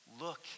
Look